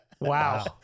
Wow